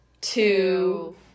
two